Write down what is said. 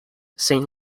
saint